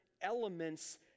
elements